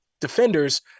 defenders